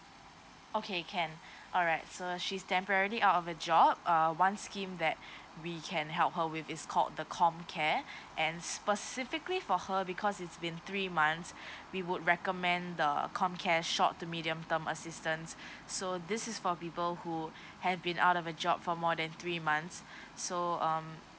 okay can alright so she is temporary out of a job uh one scheme that we can help her with its called the comcare and specifically for her because it's been three months we would recommend the comcare short to medium term assistance so this is for people who have been out of a job for more than three months so um